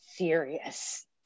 Serious